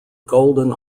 golden